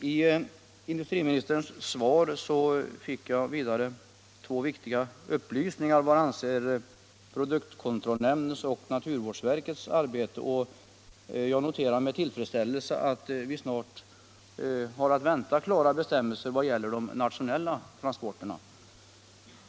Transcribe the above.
I industriministern svar fick jag två viktiga upplysningar i vad avser produktkontrollnämndens och naturvårdsverkets arbete, och jag noterar med tillfredsställelse att vi snart har att vänta klara bestämmelser i vad gäller de nationella transporterna.